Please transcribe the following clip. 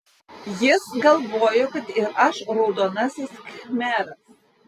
jis galvojo kad ir aš raudonasis khmeras